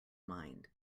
mind